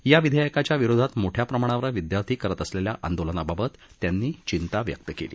या विधेयकाच्या विरोधात मोठ्या प्रमाणात विद्यार्थी करत असलेल्या आंदोजलनाबाबत त्यांनी चिंता व्यक्त केली